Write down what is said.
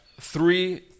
three